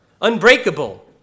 unbreakable